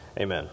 Amen